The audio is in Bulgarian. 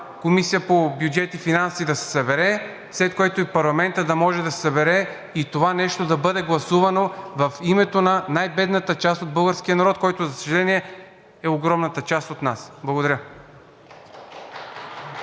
Комисията по бюджет и финанси да се събере, след което и парламентът да може да се събере, и това нещо да бъде гласувано в името на най-бедната част от българския народ, който, за съжаление, е огромната част от нас. Благодаря.